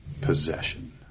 possession